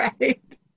Right